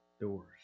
doors